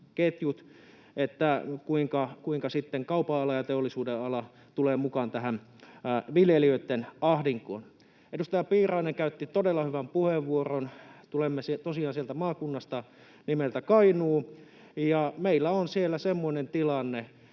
sitten kaupanala ja teollisuudenala tulevat mukaan tähän viljelijöitten ahdinkoon. Edustaja Piirainen käytti todella hyvän puheenvuoron. Tulemme tosiaan maakunnasta nimeltä Kainuu, ja meillä on siellä semmoinen tilanne,